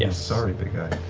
and sorry, big guy.